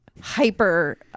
hyper